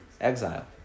exile